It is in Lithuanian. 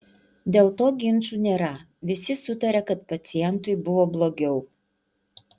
dėl to ginčų nėra visi sutaria kad pacientui buvo blogiau